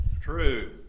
True